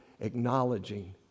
acknowledging